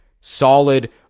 solid